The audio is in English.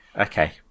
Okay